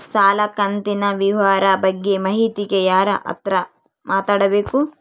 ಸಾಲ ಕಂತಿನ ವಿವರ ಬಗ್ಗೆ ಮಾಹಿತಿಗೆ ಯಾರ ಹತ್ರ ಮಾತಾಡಬೇಕು?